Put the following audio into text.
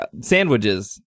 sandwiches